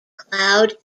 cloud